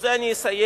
ובזה אני אסיים,